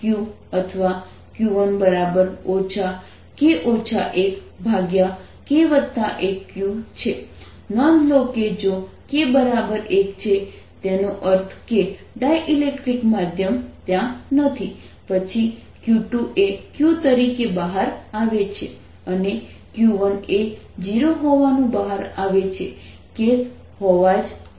નોંધ લો કે જો k1 છે તેનો અર્થ છે કે ડાઇલેક્ટ્રિક માધ્યમ ત્યાં નથી પછી q2 એ q તરીકે બહાર આવે છે અને q1 એ 0 હોવાનું બહાર આવે છે કેસ હોવા જ જોઈએ